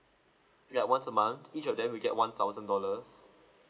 ya once a month each of them will get one thousand dollars